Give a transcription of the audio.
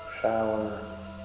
shower